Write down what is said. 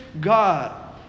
God